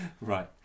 Right